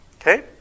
Okay